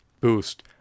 boost